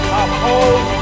uphold